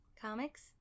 Comics